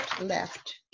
left